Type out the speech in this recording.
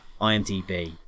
IMDb